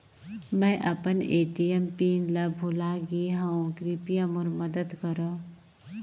मैं अपन ATM pin ल भुला गे हवों, कृपया मोर मदद करव